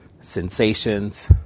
sensations